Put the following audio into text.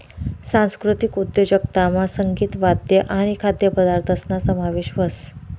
सांस्कृतिक उद्योजकतामा संगीत, वाद्य आणि खाद्यपदार्थसना समावेश व्हस